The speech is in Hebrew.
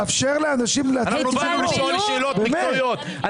תאפשר לאנשים ל --- אנחנו באנו לשאול שאלות מקצועיות,